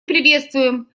приветствуем